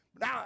Now